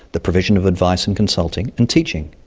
the provision of advice and consulting, and teaching.